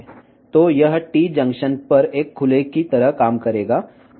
కాబట్టి ఇది T junction వద్ద ఓపెన్ లాగా పనిచేస్తుంది